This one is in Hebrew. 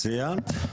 סיימת?